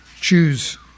choose